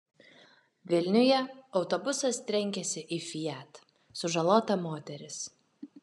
vilniuje autobusas trenkėsi į fiat sužalota moteris